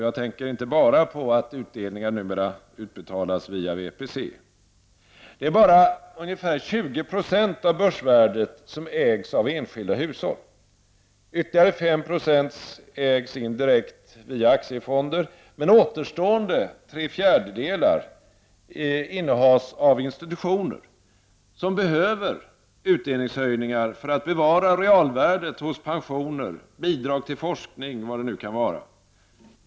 Jag tänker inte bara på att utdelningar numera utbetalas via VPC. Endast ungefär 20 96 av börsvärdet ägs av enskilda hushåll. Ytterligare 5 90 ägs indirekt via aktiefonder. De återstående 3/4-delarna innehas av institutioner, som behöver utdelningshöjningar för att bevara realvärdet på pensioner, bidrag till forskning eller vad det nu vara må.